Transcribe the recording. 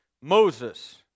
Moses